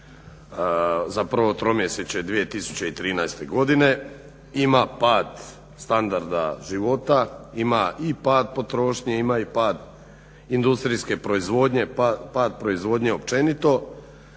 zapravo tromjesečje 2013. godine ima pad standarda života, ima i pad potrošnje, ima i pad industrijske proizvodnje, pad proizvodnje općenito.